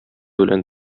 белән